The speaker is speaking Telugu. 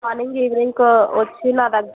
మార్నింగ్ ఈవినింగ్ కొ వచ్చి నా దగ్గర